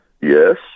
Yes